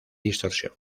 distorsión